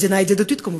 מדינה ידידותית כמובן,